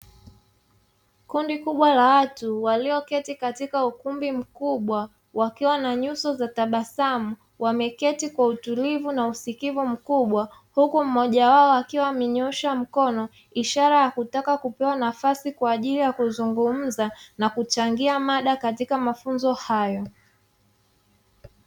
Kundi kubwa la watu walioketi katika ukumbi mkubwa, wakiwa na nyuso za tabasamu wameketi kwa utulivu na usikivu mkubwa; huku mmoja wao akiwa amenyoosha mkono, ishara ya kutaka kupewa nafasi kwa ajili ya kuzungumza na kuchangia mada katika mafunzo hayo.